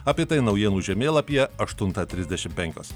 apie tai naujienų žemėlapyje aštuntą trisdešim penkios